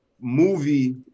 movie